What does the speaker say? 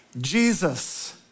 Jesus